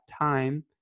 time